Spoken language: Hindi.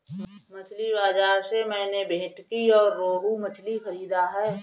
मछली बाजार से मैंने भेंटकी और रोहू मछली खरीदा है